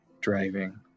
driving